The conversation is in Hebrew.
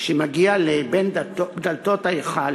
שמגיע אל בין דלתות ההיכל